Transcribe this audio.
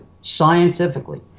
scientifically